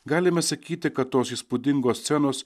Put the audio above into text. galime sakyti kad tos įspūdingos scenos